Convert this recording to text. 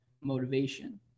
motivation